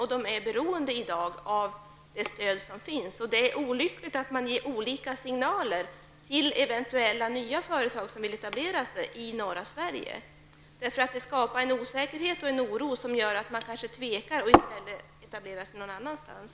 De är i dag beroende av det stöd som de får. Det är olyckligt om man ger olika signaler till nya företag som vill etablera sig i norra Sverige. Det skapar osäkerhet och en oro, som gör att de kanske tvekar och etablerar sig någon annanstans.